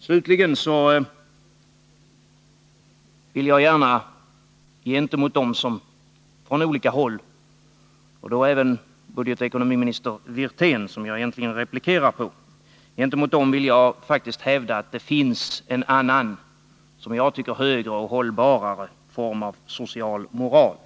Slutligen vill jag gärna gentemot dem som talat mycket om marginalskatterna — det gäller även budgetoch ekonomiministern Wirtén, som jag egentligen replikerar — faktiskt hävda att det finns en annan och enligt min mening högre och hållbarare form av social moral.